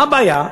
מה הבעיה?